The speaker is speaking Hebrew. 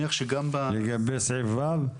לגבי סעיף ו'?